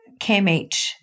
KMH